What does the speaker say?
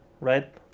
right